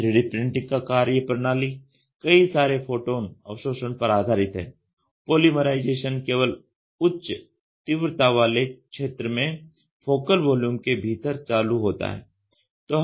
3D printing का कार्यप्रणाली कई सारे फोटोन अवशोषण पर आधारित है पोलीमराइज़ेशन केवल उच्च तीव्रता वाले क्षेत्र में फोकल वॉल्यूम के भीतर चालू होता है